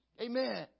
Amen